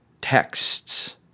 texts